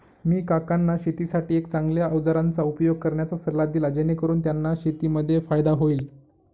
मी काकांना शेतीसाठी एक चांगल्या अवजारांचा उपयोग करण्याचा सल्ला दिला, जेणेकरून त्यांना शेतीमध्ये फायदा होईल